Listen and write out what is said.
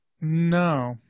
no